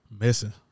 Missing